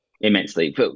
Immensely